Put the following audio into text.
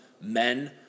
men